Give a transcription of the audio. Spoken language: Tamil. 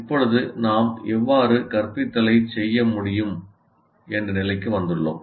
இப்போது நாம் எவ்வாறு கற்பித்தலைச் செய்ய முடியும் என்ற நிலைக்கு வந்துள்ளோம்